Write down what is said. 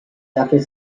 after